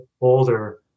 older